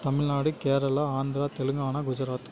Tamil Nadu Kerala Andhra Telangana Gujarat